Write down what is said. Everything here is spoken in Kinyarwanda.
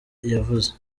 yavuze